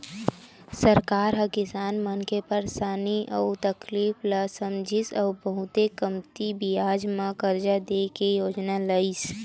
सरकार ह किसान मन के परसानी अउ तकलीफ ल समझिस अउ बहुते कमती बियाज म करजा दे के योजना लइस